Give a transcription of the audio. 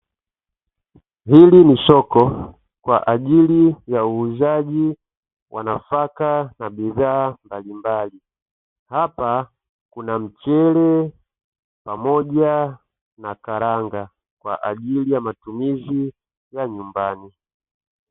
Hili ni soko kwa ajili ya uuzaji wa nafaka na bidhaa mbalimbali hapa kuna mchele pamoja na karanga kwa ajili ya matumizi ya nyumbani.